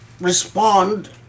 respond